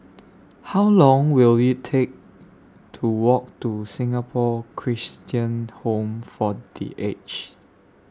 How Long Will IT Take to Walk to Singapore Christian Home For The Aged